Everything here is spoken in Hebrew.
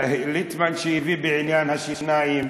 ליצמן שהביא בעניין השיניים,